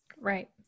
Right